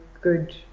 good